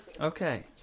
Okay